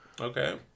Okay